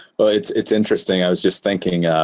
but it's it's interesting. i was just thinking